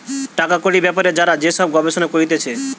টাকা কড়ির বেপারে যারা যে সব গবেষণা করতিছে